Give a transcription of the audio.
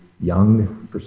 young